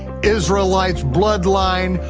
israelites, bloodline,